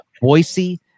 Boise